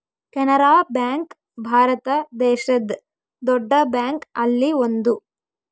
Canara bank Bharat ದೇಶದ್ ದೊಡ್ಡ bank ಅಲ್ಲಿ ಒಂದು